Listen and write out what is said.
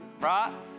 Right